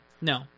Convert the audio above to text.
No